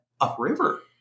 upriver